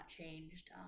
changed